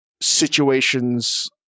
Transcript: Situations